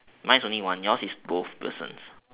mine is only one yours is both persons